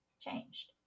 changed